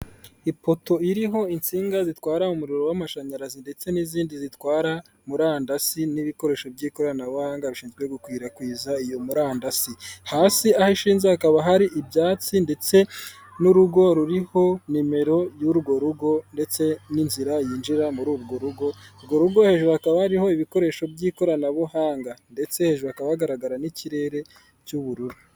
Ipoto iriho ishinga zitwara umuriro w'amashanyarazi ndetse n'izindi zitwara murandasi n'ibikoresho by'ikoranabuhanga bishinzwe gukwirakwiza iyo murandasi, hasi aho ishinze hakaba hari ibyatsi ndetse n'urugo ruriho nimero y'urwo rugo ndetse n'inzira yinjira muri urwo rugo, urwo rugo hejuru hakaba harihoho ibikoresho by'ikoranabuhanga ndetse hejurukaba bagaragara n'ikirere cy'ubururu.